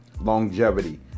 longevity